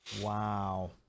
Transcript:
Wow